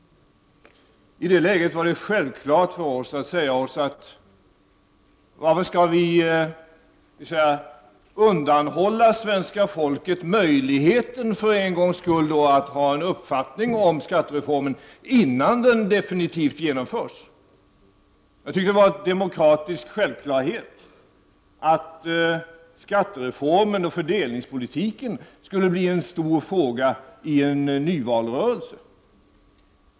I det läget resonerade vi så här: Varför skall vi undanhålla svenska folket möjligheten att för en gångs skull ha en uppfattning om skattereformen innan den definitivt genomförs? För mig var det en demokratisk självklarhet att skattereformen och fördelningspolitiken skulle bli en stor fråga i en nyvalsrörelse.